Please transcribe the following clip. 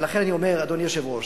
ולכן אני אומר, אדוני היושב-ראש,